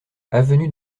avenue